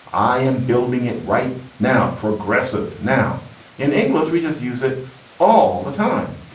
i am building it right now. progressive now in english. we just use it all the time.